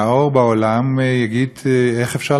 יגיד: איך אפשר להחליט החלטה כזאת?